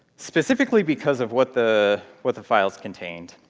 specifically, because of what the what the files contained.